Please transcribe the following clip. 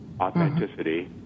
authenticity